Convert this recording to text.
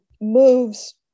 moves